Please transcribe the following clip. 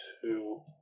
two